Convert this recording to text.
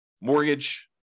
mortgage